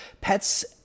pets